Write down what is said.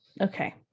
okay